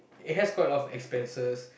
it has got a lot expenses